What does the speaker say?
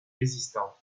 résistantes